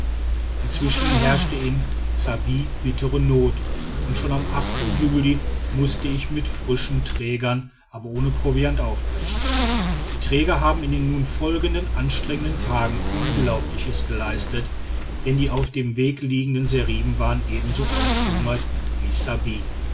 inzwischen herrschte in ssabbi bittere not und schon am juli mußte ich mit frischen trägern aber ohne proviant aufbrechen die träger haben in den nun folgenden anstrengenden tagen unglaubliches geleistet denn die auf dem wege liegenden seriben waren ebenso ausgehungert wie ssabbi